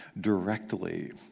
directly